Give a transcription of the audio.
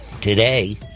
today